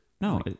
No